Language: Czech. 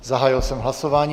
Zahájil jsem hlasování.